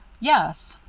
yes.